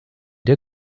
der